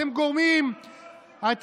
אתם גורמים לאימא,